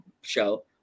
show